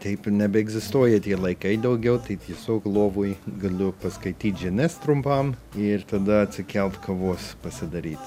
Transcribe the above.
taip nebeegzistuoja tie laikai daugiau tai tiesiog lovoj galiu paskaityt žinias trumpam ir tada atsikelt kavos pasidaryt